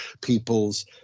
people's